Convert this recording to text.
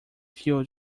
fuel